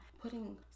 putting